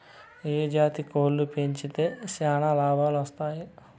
ఏ జాతి కోళ్లు పెంచితే చానా లాభాలు వస్తాయి?